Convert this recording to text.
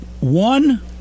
One